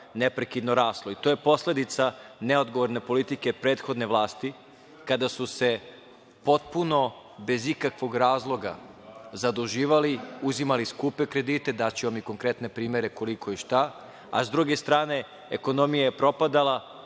neprekidno raslo. To je posledica neodgovorne politike prethodne vlasti, kada su se potpuno, bez ikakvog razloga zaduživali, uzimali skupe kredite, daću vam i konkretne primere koliko i šta, a s druge strane ekonomija je propadala,